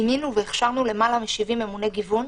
מינינו והכשרנו למעלה מ-70 ממוני גיוון,